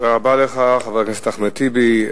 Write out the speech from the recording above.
תודה רבה לך, חבר הכנסת אחמד טיבי.